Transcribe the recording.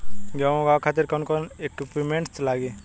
गेहूं उगावे खातिर कौन कौन इक्विप्मेंट्स लागी?